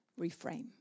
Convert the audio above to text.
reframe